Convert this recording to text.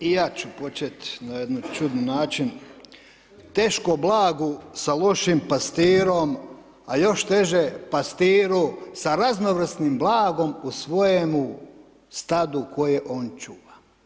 I ja ću počet na jedan čudan način, teško blagu sa lošim pastirom, a još teže pastiru sa raznovrsnim blagom u svojemu stadu koje on čuva.